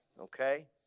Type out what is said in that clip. okay